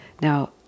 Now